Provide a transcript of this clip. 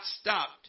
stopped